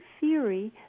theory